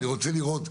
אני רוצה לראות,